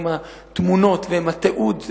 עם התמונות ועם התיעוד,